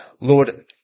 Lord